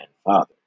father